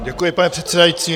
Děkuji, pane předsedající.